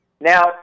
Now